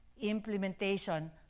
implementation